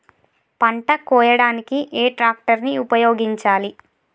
పంట కోయడానికి ఏ ట్రాక్టర్ ని ఉపయోగించాలి?